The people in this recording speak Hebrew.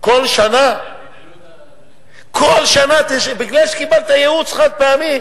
כל שנה בגלל שקיבלת ייעוץ חד-פעמי,